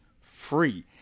free